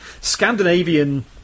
scandinavian